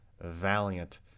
Valiant